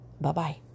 Bye-bye